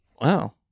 Wow